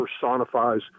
personifies